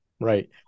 Right